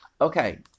okay